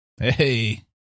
Hey